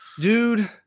Dude